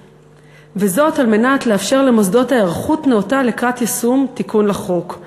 וזאת על מנת לאפשר למוסדות היערכות נאותה לקראת יישום תיקון לחוק.